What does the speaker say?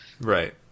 Right